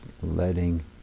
letting